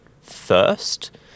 first